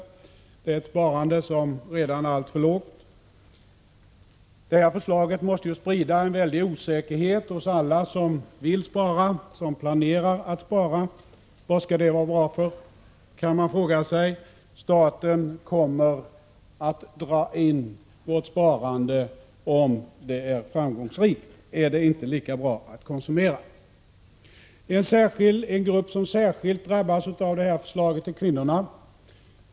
Det är ett sparande som redan är alltför lågt. Det här förslaget måste sprida en väldig osäkerhet hos alla som planerar att spara. Vad skall det vara bra för? De kommer att säga sig att staten kommer att dra in deras sparande om det är framgångsrikt — är det då inte lika bra att konsumera? En grupp som särskilt drabbas av förslaget är kvinnorna.